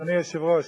אדוני היושב-ראש,